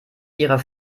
ihrer